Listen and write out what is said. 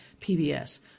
PBS